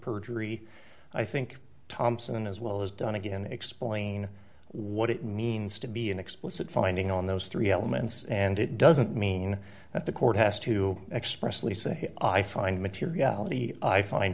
perjury i think thompson as well as done again explain what it means to be an explicit finding on those three elements and it doesn't mean that the court has to expressly say i find materiality i find